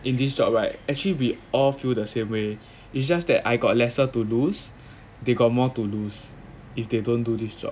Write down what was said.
in this job right actually we all feel the same way it's just that I got lesser to lose they got more to lose if they don't do this job